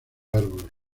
árboles